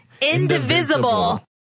indivisible